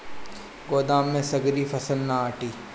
गोदाम में सगरी फसल ना आटी